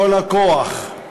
קול הכוח,